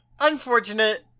unfortunate